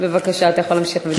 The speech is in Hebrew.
בבקשה, אתה יכול להמשיך.